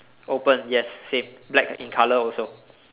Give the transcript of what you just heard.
open yes same black in colour also